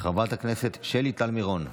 חברת הכנסת שלי טל מירון,